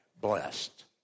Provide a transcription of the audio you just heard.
blessed